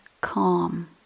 calm